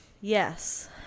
Yes